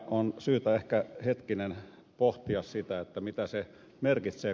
on syytä ehkä hetken pohtia sitä mitä se merkitsee